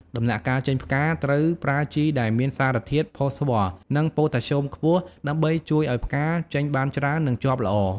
ដំណាក់កាលចេញផ្កា ត្រូវប្រើជីដែលមានសារធាតុ ផូស្វ័រ និង ប៉ូតាស្យូមខ្ពស់ ដើម្បីជួយឱ្យផ្កាចេញបានច្រើន និងជាប់ល្អ។